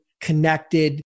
connected